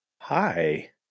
Hi